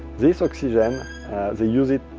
this oxygen they use it,